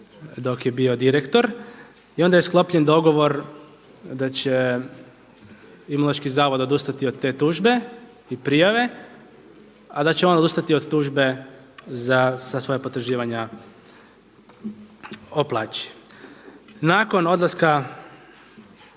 dok je bio direktor. I onda je sklopljen dogovor da će Imunološki zavod odustati od te tužbe i prijave a da će on odustati od tužbe za svoja potraživanja o plaći. Nakon odlaska